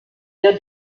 der